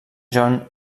john